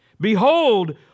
Behold